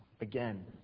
again